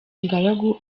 ingaragu